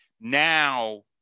Now